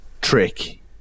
trick